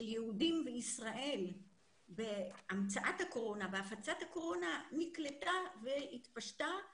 יהודים בישראל בהמצאת הקורונה והפצת הקורונה נקלטה והתפשטה ובהתחלה,